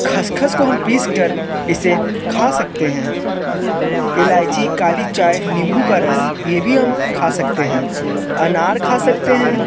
खसखस को हम पीस कर इसे खा सकते हैं इलाइची काली चाय नींबू का रस यह भी हम खा सकते हैं अनार खा सकते हैं